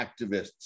activists